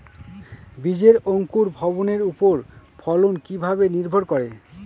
বীজের অঙ্কুর ভবনের ওপর ফলন কিভাবে নির্ভর করে?